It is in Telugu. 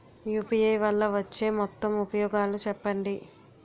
యు.పి.ఐ వల్ల వచ్చే మొత్తం ఉపయోగాలు చెప్పండి?